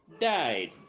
died